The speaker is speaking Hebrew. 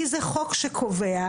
כי זה חוק שקובע,